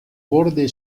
borde